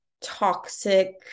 toxic